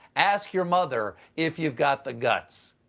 ask your mother! if you've got the guts.